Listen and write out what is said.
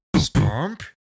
Stomp